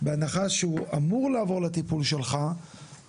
בהנחה שהוא אמור לעבור לטיפול שלך,